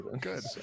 Good